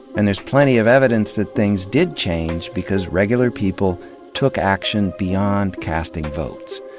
and there's plenty of evidence that things did change because regular people took action beyond casting votes.